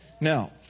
Now